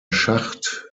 schacht